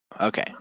okay